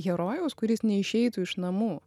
herojaus kuris neišeitų iš namų